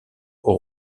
aux